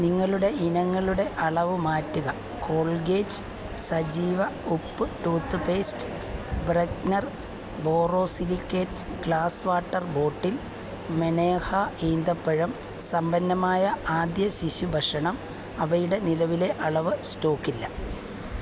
നിങ്ങളുടെ ഇനങ്ങളുടെ അളവ് മാറ്റുക കോൾഗേറ്റ് സജീവ ഉപ്പ് toothpaste Bergner borosilicate glass water bottle മെനേഹ ഈന്തപ്പഴം സമ്പന്നമായ ആദ്യ ശിശു ഭക്ഷണം അവയുടെ നിലവിലെ അളവ് സ്റ്റോക്ക് ഇല്ല